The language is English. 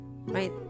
right